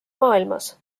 maailmas